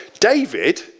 David